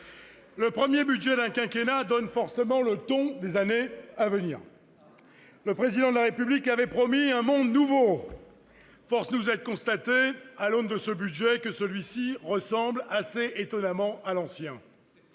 le premier budget d'un quinquennat donne forcément le ton des années à venir. Le Président de la République avait promis un monde nouveau. Force nous est de constater, à l'aune de ce budget, que celui-ci ressemble assez étonnamment à l'ancien.